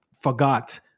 forgot